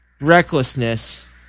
recklessness